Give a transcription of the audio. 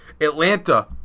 Atlanta